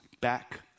back